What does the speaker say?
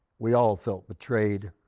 we all felt betrayed.